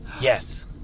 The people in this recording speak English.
Yes